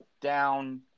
down